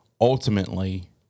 ultimately